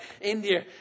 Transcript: India